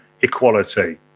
equality